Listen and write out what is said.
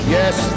yes